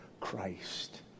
Christ